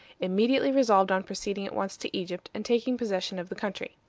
immediately resolved on proceeding at once to egypt and taking possession of the country.